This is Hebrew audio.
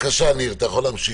בבקשה, ניר, אתה יכול להמשיך.